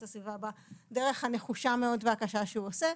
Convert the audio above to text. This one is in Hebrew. הסביבה בדרך הנחושה מאוד והקשה שהוא עושה,